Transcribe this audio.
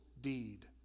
deed